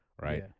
right